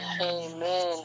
Amen